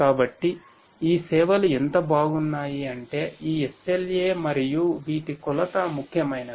కాబట్టి ఈ సేవలు ఎంత బాగున్నాయి అంటే ఈ SLA మరియు వీటి కొలత ముఖ్యమైనవి